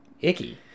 icky